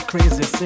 crazy